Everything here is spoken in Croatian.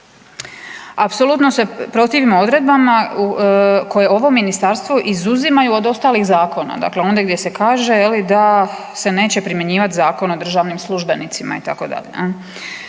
Apsolutno se protivimo odredbama koje ovo ministarstvo izuzimaju od ostalih zakona. Dakle, ondje gdje se kaže da se neće primjenjivati Zakon o državnim službenicima itd.